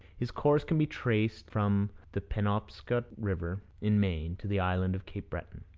his course can be traced from the penobscot river in maine to the island of cape breton.